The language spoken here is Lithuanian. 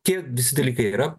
tie visi dalykai yra